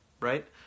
right